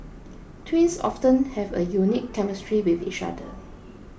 twins often have a unique chemistry with each other